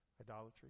Idolatry